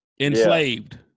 enslaved